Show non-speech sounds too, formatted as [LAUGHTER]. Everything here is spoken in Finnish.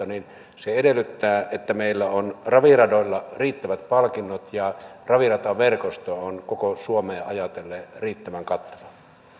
[UNINTELLIGIBLE] niin se edellyttää että meillä on raviradoilla riittävät palkinnot ja ravirataverkosto on koko suomea ajatellen riittävän kattava